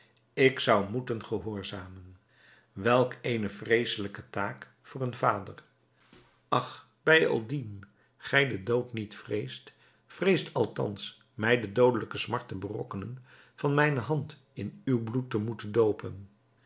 ik zou moeten gehoorzamen welk eene vreesselijke taak voor een vader ach bijaldien gij den dood niet vreest vreest althans mij de doodelijke smart te berokkenen van mijne hand in uw bloed te moeten doopen